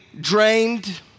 drained